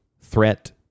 Threat